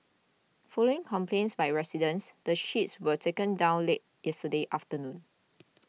following complaints by residents the sheets were taken down late yesterday afternoon